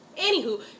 Anywho